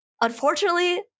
Unfortunately